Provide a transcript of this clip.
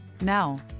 Now